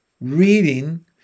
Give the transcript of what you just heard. reading